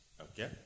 okay